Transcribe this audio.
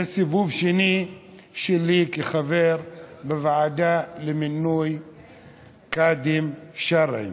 זה סיבוב שני שלי כחבר בוועדה למינוי קאדים שרעיים.